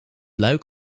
luik